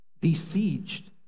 besieged